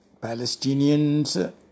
Palestinians